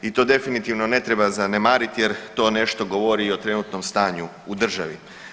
I to definitivno ne treba zanemariti jer to nešto govori i o trenutnom stanju u državi.